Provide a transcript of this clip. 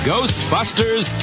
Ghostbusters